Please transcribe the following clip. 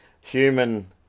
human